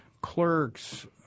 clerks